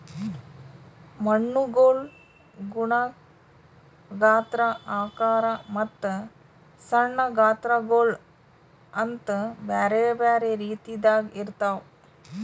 ಮಣ್ಣುಗೊಳ್ ಗುಣ, ಗಾತ್ರ, ಆಕಾರ ಮತ್ತ ಸಣ್ಣ ಗಾತ್ರಗೊಳ್ ಅಂತ್ ಬ್ಯಾರೆ ಬ್ಯಾರೆ ರೀತಿದಾಗ್ ಇರ್ತಾವ್